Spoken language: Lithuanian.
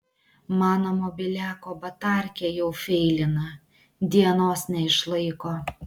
mano mobiliako batarkė jau feilina dienos neišlaiko